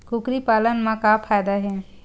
कुकरी पालन म का फ़ायदा हे?